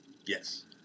Yes